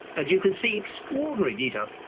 ah you can see extraordinary detail,